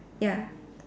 ya